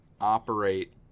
operate